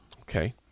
Okay